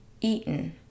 eaten